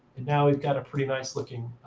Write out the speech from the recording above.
and now we've got a pretty nice-looking